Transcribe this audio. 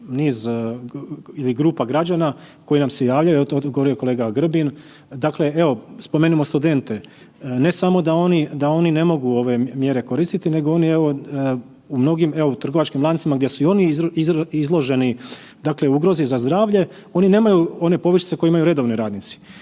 niz ili grupa građana, o tome je govorio kolega Grbin, dakle evo spomenimo studente ne samo da oni, da oni ne mogu ove mjere koristiti nego oni evo u mnogim evo u trgovačkim lancima gdje su i oni izloženi dakle ugrozi za zdravlje oni nemaju one povišice koje imaju redovni radnici.